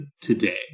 today